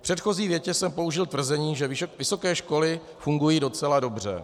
V předchozí větě jsem použil tvrzení, že vysoké školy fungují docela dobře.